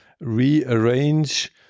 rearrange